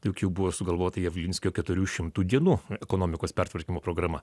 tai juk jau buvo sugalvota javlinskio keturių šimtų dienų ekonomikos pertvarkymo programa